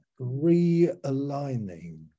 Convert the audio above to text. realigning